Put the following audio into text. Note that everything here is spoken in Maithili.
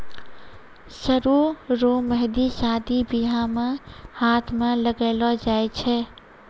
सरु रो मेंहदी शादी बियाह मे हाथ मे लगैलो जाय छै